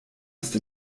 ist